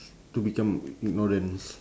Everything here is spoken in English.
to become ignorance